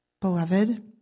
beloved